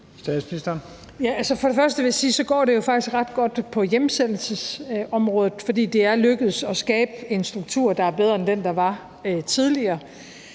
Frederiksen): For det første vil jeg sige, at det jo faktisk går ret godt på hjemsendelsesområdet, for det er lykkedes at skabe en struktur, der er bedre end den, der var tidligere.